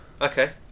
okay